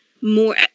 More